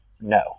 no